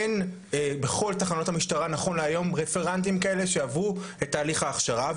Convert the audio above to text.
אין בכל תחנות המשטרה נכון להיום רפרנטים כאלה שעברו את תהליך ההכשרה,